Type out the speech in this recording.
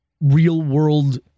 real-world